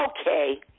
okay